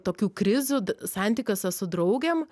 tokių krizių santykiuose su draugėm